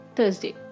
Thursday